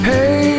Hey